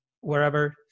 wherever